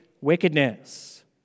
wickedness